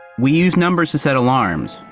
we use numbers to set alarms,